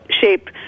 shape